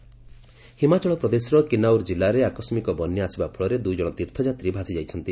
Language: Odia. କିନ୍ଦର କେଳାସ ଯାତ୍ରା ହିମାଚଳ ପ୍ରଦେଶର କିନାଉର୍ ଜିଲ୍ଲାରେ ଆକସ୍ମିକ ବନ୍ୟା ଆସିବା ଫଳରେ ଦୁଇଜଣ ତୀର୍ଥଯାତ୍ରୀ ଭାସିଯାଇଛନ୍ତି